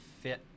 fit